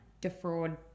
defraud